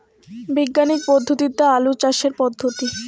বিজ্ঞানিক পদ্ধতিতে আলু চাষের পদ্ধতি?